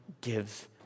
gives